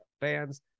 fans